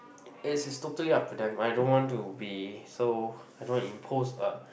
it is totally up to them right don't want to be so I don't want to impose a